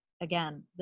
Again